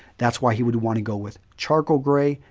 that's why he would want to go with charcoal grey,